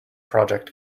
project